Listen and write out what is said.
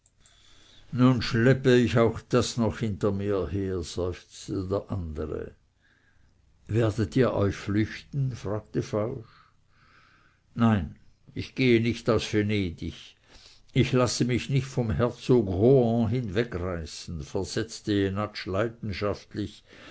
nun schleppe ich auch das noch hinter mir her seufzte der andere werdet ihr euch flüchten fragte fausch nein ich gehe nicht aus vendig ich lasse mich nicht vom herzog rohan hinwegreißen versetzte